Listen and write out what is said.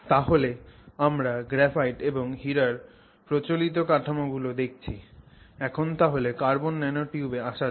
তাহলে আমরা গ্রাফাইট এবং হীরার প্রচলিত কাঠামো গুলো দেখেছি এখন তাহলে কার্বন ন্যানোটিউবে আসা যাক